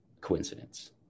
coincidence